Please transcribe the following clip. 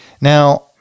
now